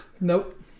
Nope